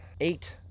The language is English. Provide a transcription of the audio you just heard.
eight